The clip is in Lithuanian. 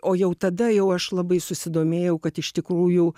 o jau tada jau aš labai susidomėjau kad iš tikrųjų